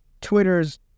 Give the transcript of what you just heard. Twitter's